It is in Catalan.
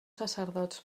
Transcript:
sacerdots